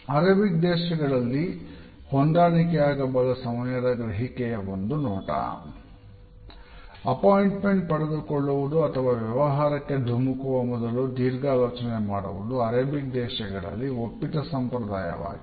Arabic ದೇಶಗಳಲ್ಲಿ ಕಾಣುವಂತೆ ಹೊಂದಾಣಿಕೆಯಾಗಬಲ್ಲ ಸಮಯದ ಗ್ರಹಿಕೆಯ ಒಂದು ನೋಟ ಅಪಾಯಿಂಟ್ಮೆಂಟ್ ಪಡೆದುಕೊಳ್ಳುವುದು ಅಥವಾ ವ್ಯವಹಾರಕ್ಕೆ ಧುಮುಕುವ ಮೊದಲು ದೀರ್ಘಾಲೋಚನೆ ಮಾಡುವುದು ಅರೇಬಿಕ್ ದೇಶಗಳಲ್ಲಿ ಒಪ್ಪಿತ ಸಂಪ್ರದಾಯವಾಗಿದೆ